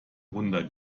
runter